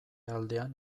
aldean